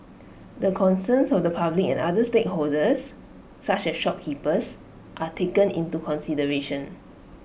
the concerns of the public and other stakeholders such as shopkeepers are taken into consideration